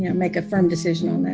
you know make a firm decision